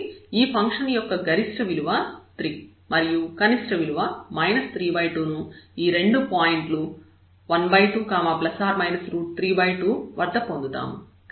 కాబట్టి ఈ ఫంక్షన్ యొక్క గరిష్ట విలువ 3 మరియు కనిష్ట విలువ 32 ను ఈ రెండు పాయింట్లు 12±32 వద్ద పొందుతాము